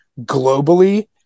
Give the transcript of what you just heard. globally